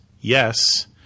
Yes